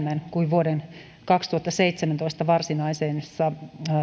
vuoden kaksituhattaseitsemäntoista varsinaisessa talousarviossa